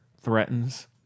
threatens